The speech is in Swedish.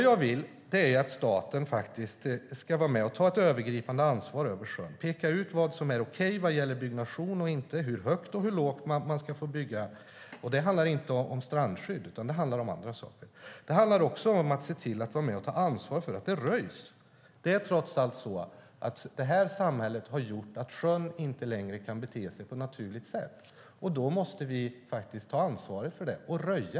Jag vill att staten ska vara med och ta ett övergripande ansvar för sjön, peka ut vad som är okej och inte okej beträffande byggnation, hur högt och hur lågt man ska få bygga. Men det handlar inte om strandskydd, utan det handlar om andra saker. Det gäller också att vara med och ta ansvar för att det röjs. Det här samhället har trots allt gjort att sjön inte längre kan bete sig på ett naturligt sätt. Det måste vi ta ansvar för genom att röja.